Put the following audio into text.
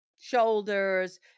shoulders